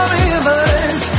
rivers